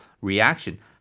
reaction